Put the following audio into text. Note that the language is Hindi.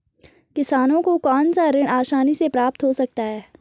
किसानों को कौनसा ऋण आसानी से प्राप्त हो सकता है?